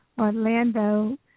Orlando